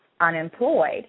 unemployed